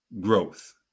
growth